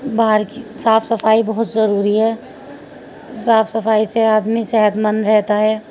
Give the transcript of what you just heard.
باہر کی صاف صفائی بہت ضروری ہے صاف صفائی سے آدمی صحت مند رہتا ہے